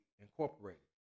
Incorporated